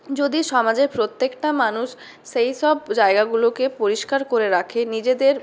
যদি সমাজের প্রত্যেকটা মানুষ সেইসব জায়গাগুলোকে পরিষ্কার করে রাখে নিজেদের